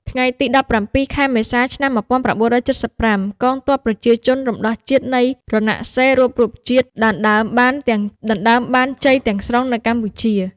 ថ្ងៃទី១៧ ខែមេសា ឆ្នាំ១៩៧៥ កងទ័ពប្រជាជនរំដោះជាតិនៃរណសិរ្សរួបរួមជាតិ ដណ្តើមបានជ័យទាំងស្រុងនៅកម្ពុជា។